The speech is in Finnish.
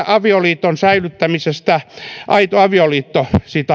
avioliiton säilyttämistä aito avioliitto